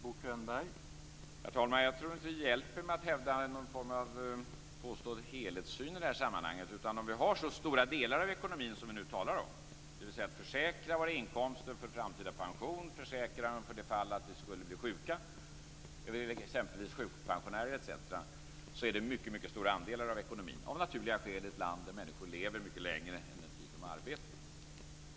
Herr talman! Jag tror inte att det hjälper att hävda någon form av påstådd helhetssyn i det här sammanhanget. Om vi har så stora delar av ekonomin som vi nu talar om, dvs. att försäkra våra inkomster för framtida pension och att försäkra dem för det fall vi skulle bli sjuka, t.ex. sjukpensionärer, handlar det om mycket stora andelar av ekonomin, av naturliga skäl i ett land där människor lever mycket längre än den tid de arbetar.